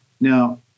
Now